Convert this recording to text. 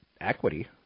equity